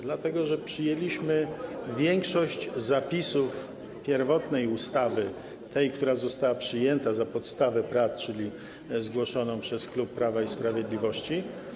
Dlatego że przyjęliśmy większość zapisów pierwotnej ustawy, która została przyjęta za podstawę tworzonych praw, czyli tej zgłoszonej przez klub Prawa i Sprawiedliwości.